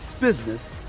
business